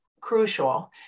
crucial